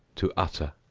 to utter.